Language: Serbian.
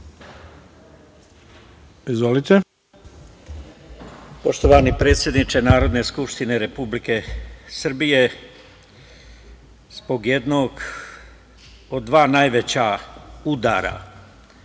Atlagić** Poštovani predsedniče Narodne Skupštine Republike Srbije, zbog jednog od dva najveća udara